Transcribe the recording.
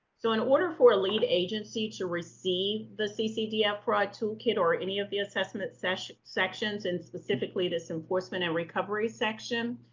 so in order for a lead agency to receive the ccdf fraud toolkit or any of the assessment sections, and specifically this enforcement and recovery section,